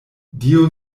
dio